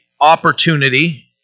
opportunity